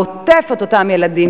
העוטף את אותם ילדים,